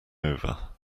over